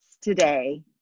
today